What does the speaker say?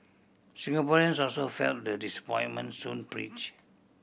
Singaporeans also felt the disappointment soon preach